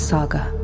Saga